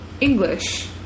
English